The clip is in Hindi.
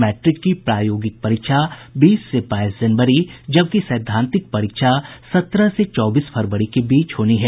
मैट्रिक की प्रायोगिक परीक्षा बीस से बाईस जनवरी जबकि सैद्धांतिक परीक्षा सत्रह से चौबीस फरवरी के बीच होनी है